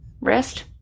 rest